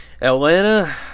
Atlanta